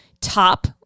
top